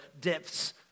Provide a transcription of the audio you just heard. depths